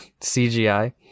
CGI